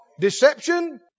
deception